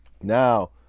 now